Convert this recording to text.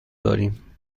داریم